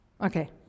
Okay